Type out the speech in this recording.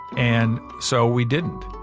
and so we didn't